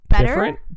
different